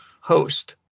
host